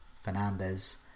Fernandez